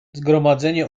zgromadzenie